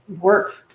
work